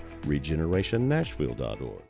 regenerationnashville.org